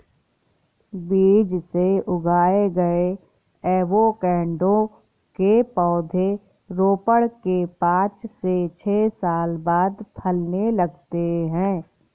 बीज से उगाए गए एवोकैडो के पौधे रोपण के पांच से छह साल बाद फलने लगते हैं